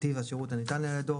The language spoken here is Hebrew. טיב השירות הניתן על ידו.